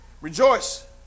Rejoice